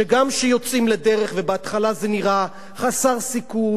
ובהתחלה זה נראה חסר סיכוי וקשה ומסובך,